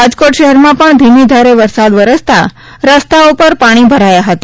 રાજકોટ શહેરમાં પણ ધીમી ધારે વરસાદ વરસતા રસ્તાઓ પર પાણી ભરાયા હતા